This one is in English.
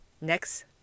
Next